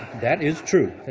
that is true.